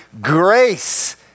grace